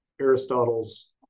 Aristotle's